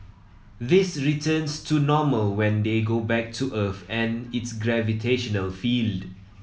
this returns to normal when they go back to Earth and its gravitational field